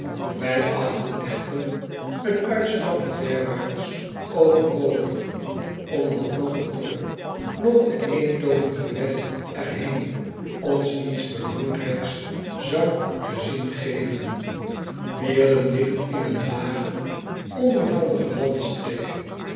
ij achten echter een uitstapje derwaarts overbodig omdat noch het dorp noch de eentoonige weg er heen ons iets belangrijks zou te zien geven ierden ligt in een lage onbevallige landstreek